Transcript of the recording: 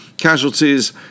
Casualties